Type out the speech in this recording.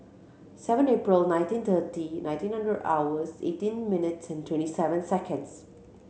seven April nineteen thirty nineteen hundred hours eighteen minutes and twenty seven seconds